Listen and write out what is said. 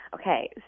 Okay